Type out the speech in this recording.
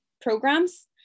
programs